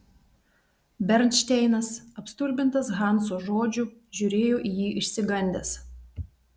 bernšteinas apstulbintas hanso žodžių žiūrėjo į jį išsigandęs